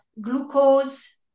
glucose